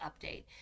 update